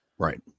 Right